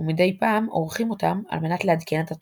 ומדי פעם עורכים אותם על מנת לעדכן את התוכן.